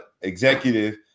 executive